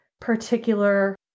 particular